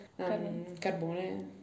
Carbone